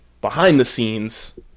behind-the-scenes